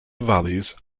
valleys